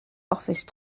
office